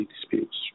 disputes